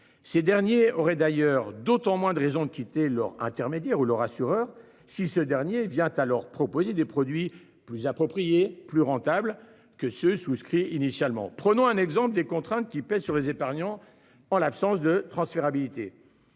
Ces derniers auraient d'ailleurs d'autant moins de raisons de quitter leur intermédiaire ou leur assureur, si ce dernier vient à leur proposer des produits plus approprié plus rentable que ceux souscrit initialement. Prenons un exemple des contraintes qui pèsent sur les épargnants. En l'absence de transférabilité.